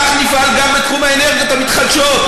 כך נפעל גם בתחום האנרגיות המתחדשות.